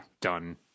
done